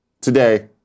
today